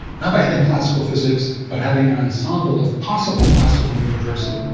not by having classical physics, but having an ensemble of possible classical universes.